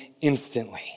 instantly